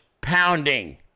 pounding